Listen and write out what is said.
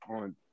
on